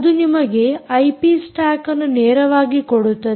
ಅದು ನಿಮಗೆ IP stock ಅನ್ನು ನೇರವಾಗಿ ಕೊಡುತ್ತದೆ